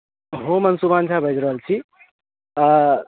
हम अंशुमान झा बाजि रहल छी तऽ